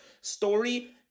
Story